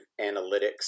analytics